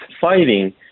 fighting